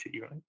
right